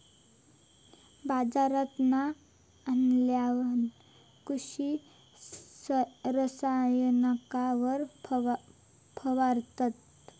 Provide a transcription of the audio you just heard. बाजारांतना आणल्यार कृषि रसायनांका फवारतत